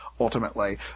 ultimately